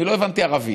אני לא הבנתי ערבית,